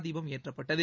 தீபம் ஏற்றப்பட்டது